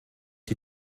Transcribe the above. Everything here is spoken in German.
die